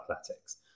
athletics